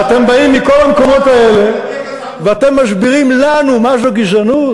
ואתם באים מכל המקומות האלה ואתם מסבירים לנו מה זה גזענות?